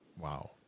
Wow